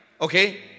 Okay